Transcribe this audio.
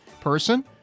person